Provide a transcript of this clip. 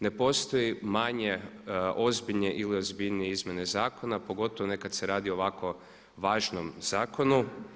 Ne postoji manje ozbiljne ili ozbiljnije izmjene zakona, pogotovo ne kad se radi o ovako važnom zakonu.